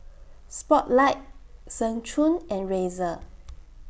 Spotlight Seng Choon and Razer